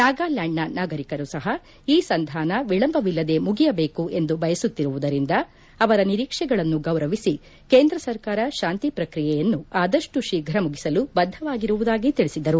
ನಾಗಾಲ್ನಾಂಡ್ನ ನಾಗರಿಕರು ಸಹ ಈ ಸಂಧಾನ ವಿಳಂಬವಿಲ್ಲದೆ ಮುಗಿಯಬೇಕು ಎಂದು ಬಯಸುತ್ತಿರುವುದರಿಂದ ಅವರ ನಿರೀಕ್ಷೆಗಳನ್ನು ಗೌರವಿಸಿ ಕೇಂದ್ರ ಸರ್ಕಾರ ಶಾಂತಿ ಪ್ರಕ್ರಿಯೆಯನ್ನು ಆದಷ್ಟು ಶೀಘ್ರ ಮುಗಿಸಲು ಬದ್ದವಾಗಿರುವುದಾಗಿ ತಿಳಿಸಿದರು